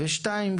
השני,